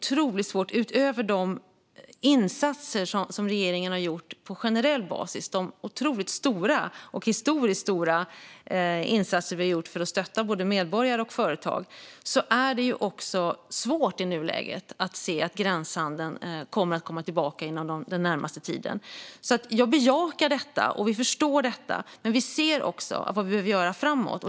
Trots de historiskt stora insatser som regeringen har gjort på generell basis för att stötta både medborgare och företag är det i nuläget svårt att se att gränshandeln kommer att komma tillbaka inom den närmaste tiden. Jag bejakar detta. Och vi förstår detta. Men vi ser också vad vi behöver göra framåt.